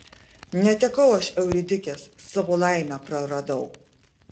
netekau aš euridikės savo laimę praradau